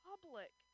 ...public